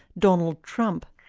donald trump.